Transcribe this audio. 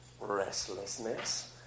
restlessness